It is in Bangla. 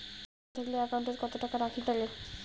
এ.টি.এম থাকিলে একাউন্ট ওত কত টাকা রাখীর নাগে?